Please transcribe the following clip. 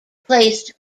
placed